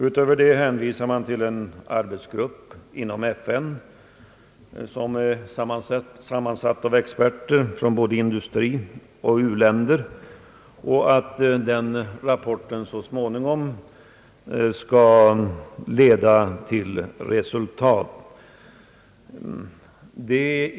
Utöver detta hänvisar man till en arbetsgrupp inom FN, som är sammansatt av experter från både industrioch u-länder och hoppas att den rapport gruppen avlämnat så småningom skall leda till resultat.